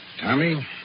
Tommy